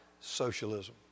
socialism